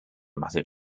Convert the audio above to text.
muttered